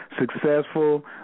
successful